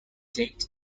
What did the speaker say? date